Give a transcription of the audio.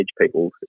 people